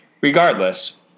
Regardless